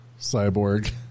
Cyborg